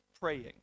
praying